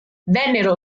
vennero